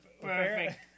perfect